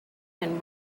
been